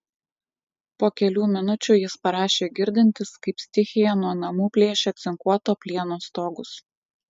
po kelių minučių jis parašė girdintis kaip stichija nuo namų plėšia cinkuoto plieno stogus